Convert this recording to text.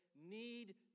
need